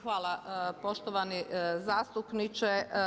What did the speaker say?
Hvala poštovani zastupniče.